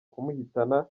kumuhitana